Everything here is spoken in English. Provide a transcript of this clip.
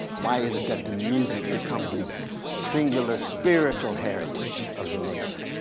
why is it at the music becomes the singular spiritual heritage of the nation?